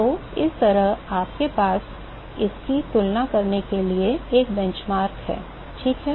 तो इस तरह आपके पास इसकी तुलना करने के लिए एक बेंचमार्क है ठीक है